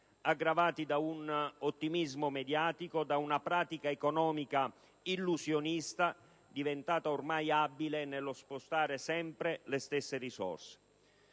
aggravati da un ottimismo mediatico e da una pratica economica illusionista, diventata ormai abile nello spostare sempre le stesse risorse.